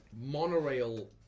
monorail